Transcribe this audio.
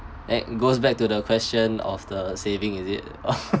then goes back to the question of the saving is it